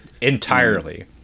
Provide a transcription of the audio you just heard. entirely